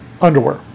underwear